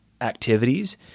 activities